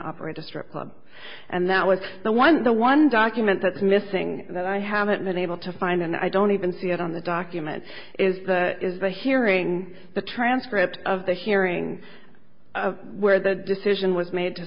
operate a strip club and that was the one the one document that's missing that i haven't been able to find and i don't even see it on the document is is the hearing the transcript of the hearing where the decision was made to